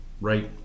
right